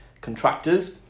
contractors